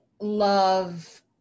love